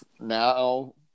now